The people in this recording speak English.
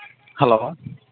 hello